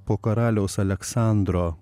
po karaliaus aleksandro